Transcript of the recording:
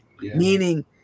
meaning